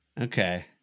okay